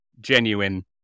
genuine